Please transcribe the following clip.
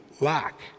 lack